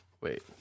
Wait